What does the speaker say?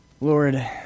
Lord